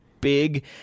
big